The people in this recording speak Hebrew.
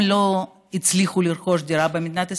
הם לא הצליחו לרכוש דירה במדינת ישראל,